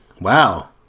Wow